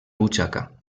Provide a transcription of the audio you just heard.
butxaca